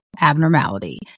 abnormality